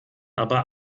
aber